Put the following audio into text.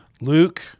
Luke